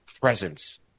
presence